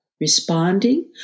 responding